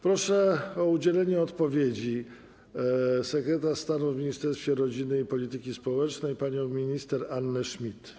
Proszę o udzielenie odpowiedzi sekretarz stanu w Ministerstwie Rodziny i Polityki Społecznej panią minister Annę Schmidt.